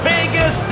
Vegas